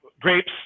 grapes